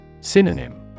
Synonym